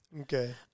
Okay